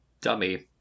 dummy